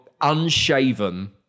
unshaven